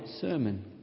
sermon